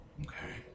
Okay